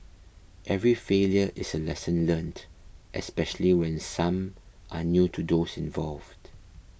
every failure is a lesson learnt especially when some are new to those involved